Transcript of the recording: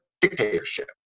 dictatorship